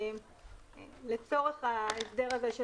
שלצורך ההסדר הזה של